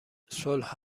صلح